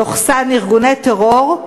ארגוני טרור,